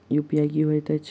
UPI की होइत अछि